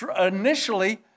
initially